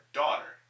daughter